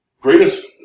Greatest